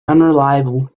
unreliable